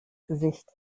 gesicht